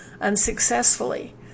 unsuccessfully